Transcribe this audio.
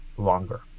longer